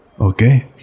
Okay